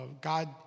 God